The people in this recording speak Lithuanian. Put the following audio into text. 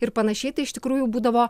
ir panašiai tai iš tikrųjų būdavo